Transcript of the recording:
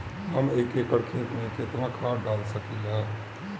हम एक एकड़ खेत में केतना खाद डाल सकिला?